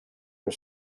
are